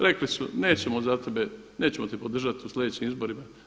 Rekli su nećemo za tebe, nećemo te podržati u sljedećim izborima.